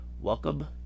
welcome